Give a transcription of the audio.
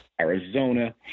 Arizona